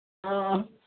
ꯑꯥ